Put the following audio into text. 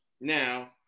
Now